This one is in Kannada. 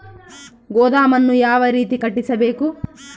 ಗೋದಾಮನ್ನು ಯಾವ ರೇತಿ ಕಟ್ಟಿಸಬೇಕು?